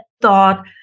thought